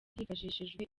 hifashishijwe